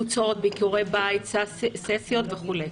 ביקורי בית וכולי.